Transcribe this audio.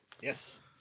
Yes